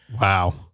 Wow